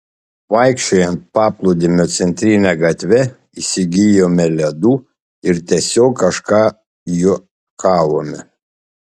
vaikščiojant paplūdimio centrine gatve įsigijome ledų ir tiesiog kažką juokavome